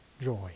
joy